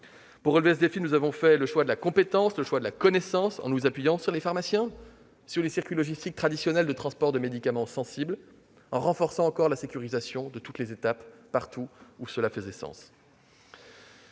Pour relever ce défi, nous avons fait le choix de la compétence et de la connaissance, en nous appuyant sur les pharmaciens et les circuits logistiques de transport de médicaments sensibles et en renforçant encore la sécurisation de toutes les étapes, partout où cela faisait sens.